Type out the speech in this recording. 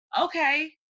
Okay